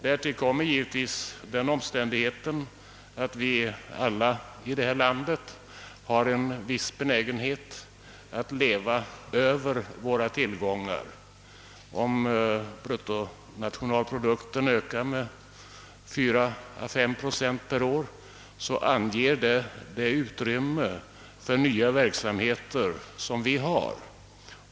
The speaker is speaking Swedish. Därtill kommer givetvis den omständigheten att vi alla i detta land har en viss benägenhet att leva över våra tillgångar. Om bruttonationalprodukten ökar med 4 å 5 procent per år anges därmed det utrymme för nya verksamheter som vi har.